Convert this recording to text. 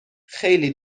خیلی